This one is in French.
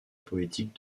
poétique